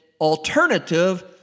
alternative